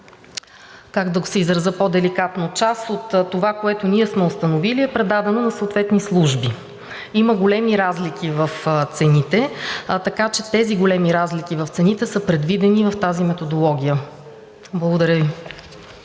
как да се изразя по-деликатно, част от това, което ние сме установили, е предадено на съответните служби. Има големи разлики в цените, така че тези големи разлики в цените са предвидени в тази методология. Благодаря Ви.